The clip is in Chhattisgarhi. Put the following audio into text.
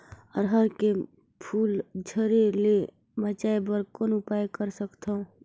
अरहर के फूल झरे ले बचाय बर कौन उपाय कर सकथव?